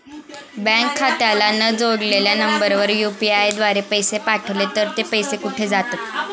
Bank खात्याला न जोडलेल्या नंबरवर यु.पी.आय द्वारे पैसे पाठवले तर ते पैसे कुठे जातात?